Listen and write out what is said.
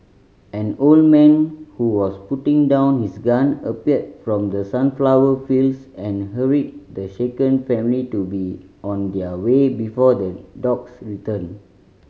an old man who was putting down his gun appeared from the sunflower fields and hurried the shaken family to be on their way before the dogs return